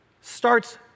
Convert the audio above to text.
starts